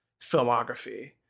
filmography